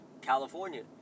California